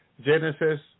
Genesis